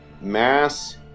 mass